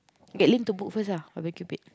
get Lin to book first lah the barbeque pit